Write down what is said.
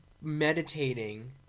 meditating